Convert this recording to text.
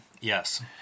yes